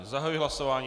Zahajuji hlasování.